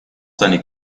seine